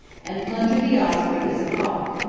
and plunger the osprey is a hawk,